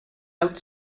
out